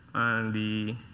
the